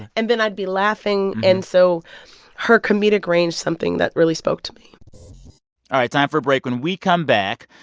and then i'd be laughing. laughing. and so her comedic range something that really spoke to me all right, time for a break. when we come back,